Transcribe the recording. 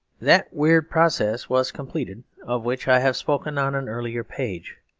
that weird process was completed of which i have spoken on an earlier page,